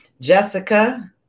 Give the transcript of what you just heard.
Jessica